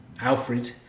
Alfred